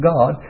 God